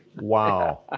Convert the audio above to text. Wow